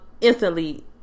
instantly